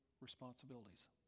responsibilities